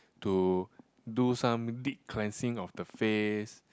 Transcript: to do some deep cleansing of the face